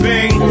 Bing